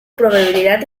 probabilidad